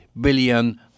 billion